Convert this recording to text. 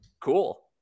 cool